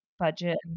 budget